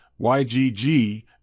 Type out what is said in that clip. YGG